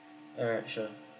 alright sure